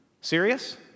Serious